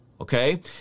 Okay